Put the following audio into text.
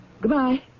Goodbye